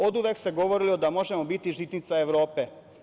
Oduvek se govori da možemo biti žitnica Evrope.